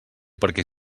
perquè